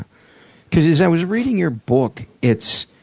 cause as i was reading your book, it's